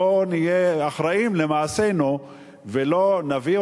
בואו נהיה אחראים למעשינו ולא נביא